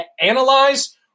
analyze